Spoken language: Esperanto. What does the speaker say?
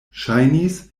ŝajnis